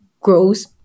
grows